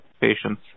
patients